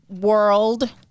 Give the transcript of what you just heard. world